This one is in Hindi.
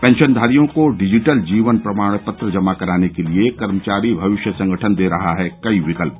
पेंशनधारियों को डिजिटल जीवन प्रमाण पत्र जमा कराने के लिए कर्मचारी भविष्य निधि संगठन दे रहा है कई विकल्प